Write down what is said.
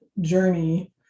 journey